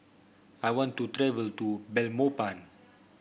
I want to travel to Belmopan